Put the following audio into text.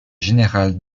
général